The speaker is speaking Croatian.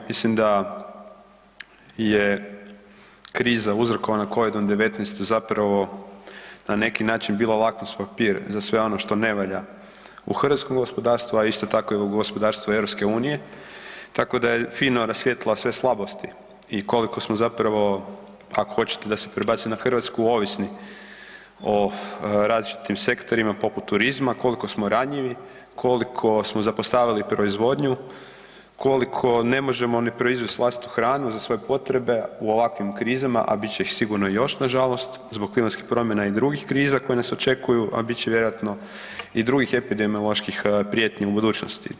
Mislim da je kriza uzrokovana COVID-19 zapravo na neki način bila lakmus papir za sve ono što ne valja u hrvatskom gospodarstvu, a isto tako i u gospodarstvu EU, tako da je fino rasvijetlila sve slabosti i koliko smo ako hoćete da se prebacim na Hrvatsku ovisni o različitim sektorima poput turizma, koliko smo ranjivi, koliko smo zapostavili proizvodnju, koliko ne možemo ni proizvesti vlastitu hranu za svoje potrebe u ovakvim krizama, a bit će ih sigurno još nažalost zbog klimatskih promjena i drugih kriza koje nas očekuju, a bit će vjerojatno i drugih epidemioloških prijetnji u budućnosti.